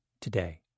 today